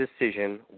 decision